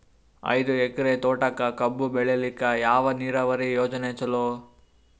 ಐದು ಎಕರೆ ತೋಟಕ ಕಬ್ಬು ಬೆಳೆಯಲಿಕ ಯಾವ ನೀರಾವರಿ ಯೋಜನೆ ಚಲೋ?